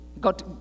got